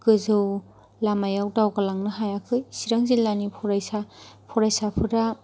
गोजौ लामायाव दावगालांनो हायाखै चिरां जिल्लानि फरायसा फरायसाफोरा